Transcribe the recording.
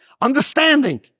understanding